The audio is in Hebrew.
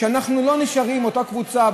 שאנחנו לא נשארים אותה קבוצה,